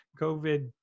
COVID